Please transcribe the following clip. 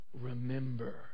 Remember